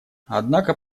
однако